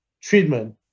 treatment